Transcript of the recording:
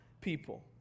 people